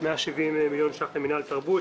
170 מיליון שקלים הולכים למינהל תרבות,